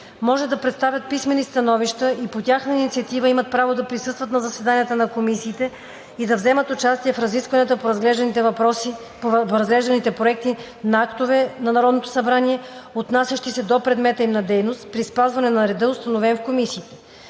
може да представят писмени становища и по тяхна инициатива имат право да присъстват на заседанията на комисиите и да вземат участие в разисквания по разглежданите проекти на актове на Народното събрание, отнасящи се до предмета им на дейност, при спазване на реда, установен в комисиите.